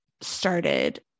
started